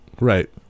Right